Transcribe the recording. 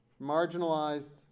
marginalized